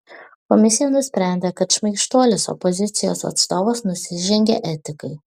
komisija nusprendė kad šmaikštuolis opozicijos atstovas nusižengė etikai